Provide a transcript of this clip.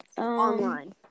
Online